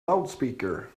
loudspeaker